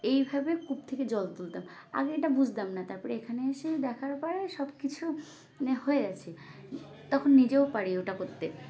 এইভাবে কূপ থেকে জল তুলতাম আগে এটা বুঝতাম না তারপরে এখানে এসে দেখার পরে সব কিছু মানে হয়ে গেছে তখন নিজেও পারি ওটা করতে